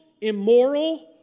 immoral